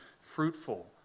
fruitful